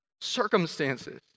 circumstances